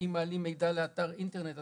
שאם מעלים מידע לאתר אינטרנט,